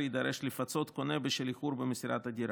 יידרש לפצות קונה בשל איחור במסירת הדירה.